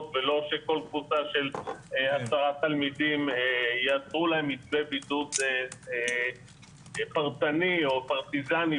ולא שכל קבוצה של 10 תלמידים יעשו להם מתווה בידוד פרטני או פרטיזני,